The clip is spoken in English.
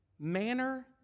Manner